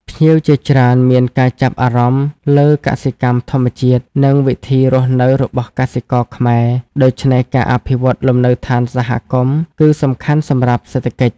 ភ្ញៀវជាច្រើនមានការចាប់អារម្មណ៍លើកសិកម្មធម្មជាតិ និងវិធីរស់នៅរបស់កសិករខ្មែរ ដូច្នេះការអភិវឌ្ឍលំនៅដ្ឌានសហគមន៍គឺសំខាន់សម្រាប់សេដ្ឋកិច្ច។